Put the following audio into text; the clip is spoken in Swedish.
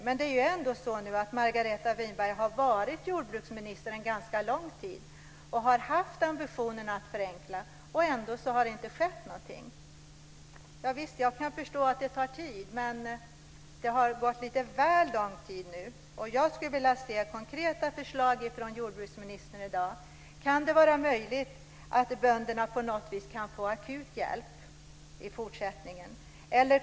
Men Margareta Winberg har varit jordbruksminister en ganska lång tid och har haft ambitionerna att förenkla - ändå har ingenting skett. Jag kan förstå att det tar tid, men det har gått lite väl lång tid. Jag skulle vilja se konkreta förslag från jordbruksministern i dag. Kan det vara möjligt att bönderna får akut hjälp i fortsättningen?